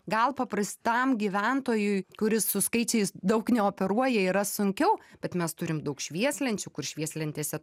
gal paprastam gyventojui kuris su skaičiais daug neoperuoja yra sunkiau bet mes turim daug švieslenčių kur švieslentėse